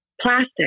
Plastic